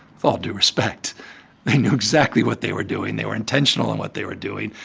with all due respect, they knew exactly what they were doing. they were intentional in what they were doing.